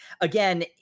again